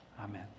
Amen